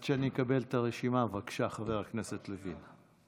עד שאני אקבל את הרשימה, בבקשה, חבר הכנסת לוין.